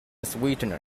sweetener